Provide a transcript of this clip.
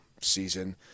season